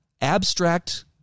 Abstract